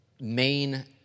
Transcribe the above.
main